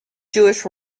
jewish